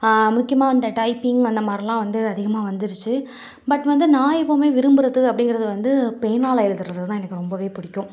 முக்கியமாக இந்த டைப்பிங் அந்த மாதிரிலாம் வந்து அதிகமாக வந்துடுச்சி பட் வந்து நான் எப்போவுமே விரும்புவது அப்படிங்கிறது வந்து பேனாவில் எழுதுறதில் தான் எனக்கு ரொம்பவே பிடிக்கும்